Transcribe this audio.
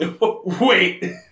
Wait